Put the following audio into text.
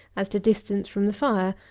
as to distance from the fire,